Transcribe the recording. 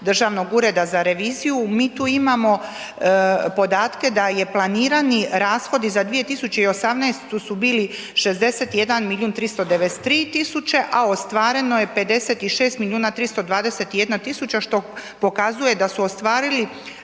Državnog ureda za reviziju, mi tu imamo podatke, da je planirani rashodi za 2018.s u bili 61 milijun 393 tisuće, a ostvareno je 56 milijuna 321 tisuća, što pokazuje da su ostvarili